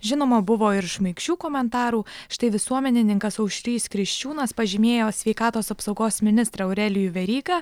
žinoma buvo ir šmaikščių komentarų štai visuomenininkas aušrys kriščiūnas pažymėjo sveikatos apsaugos ministrą aurelijų verygą